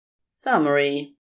Summary